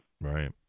Right